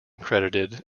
credited